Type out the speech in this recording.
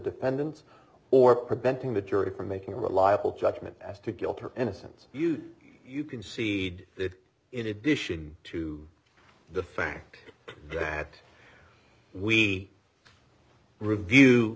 dependents or preventing the jury from making a reliable judgment as to guilt or innocence you concede that in addition to the fact that we review